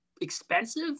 expensive